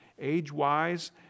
Age-wise